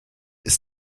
ist